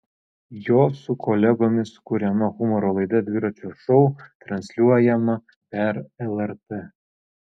jo su kolegomis kuriama humoro laida dviračio šou transliuojama per lrt